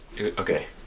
okay